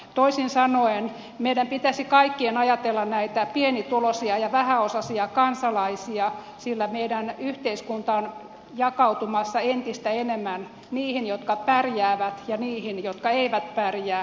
toisin sanoen meidän pitäisi kaikkien ajatella näitä pienituloisia ja vähäosaisia kansalaisia sillä meidän yhteiskuntamme on jakautumassa entistä enemmän niihin jotka pärjäävät ja niihin jotka eivät pärjää